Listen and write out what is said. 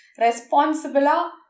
Responsible